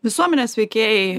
visuomenės veikėjai